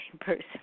person